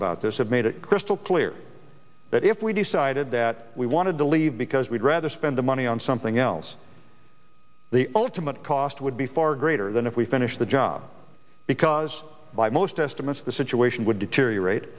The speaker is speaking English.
about this have made it crystal clear that if we decided that we wanted to leave because we'd rather spend the money on something else the ultimate cost would be far greater than if we finish the job because by most estimates the situation would deteriorate